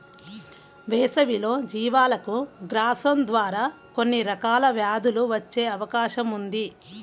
వేసవిలో జీవాలకు గ్రాసం ద్వారా కొన్ని రకాల వ్యాధులు వచ్చే అవకాశం ఉంది